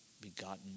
begotten